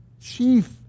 chief